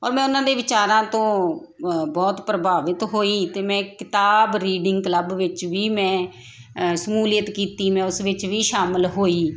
ਔਰ ਮੈਂ ਉਹਨਾਂ ਦੇ ਵਿਚਾਰਾਂ ਤੋਂ ਬਹੁਤ ਪ੍ਰਭਾਵਿਤ ਹੋਈ ਅਤੇ ਮੈਂ ਕਿਤਾਬ ਰੀਡਿੰਗ ਕਲੱਬ ਵਿੱਚ ਵੀ ਮੈਂ ਸ਼ਮੂਲੀਅਤ ਕੀਤੀ ਮੈਂ ਉਸ ਵਿੱਚ ਵੀ ਸ਼ਾਮਿਲ ਹੋਈ